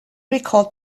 recalled